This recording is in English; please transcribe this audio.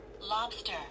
Lobster